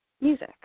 music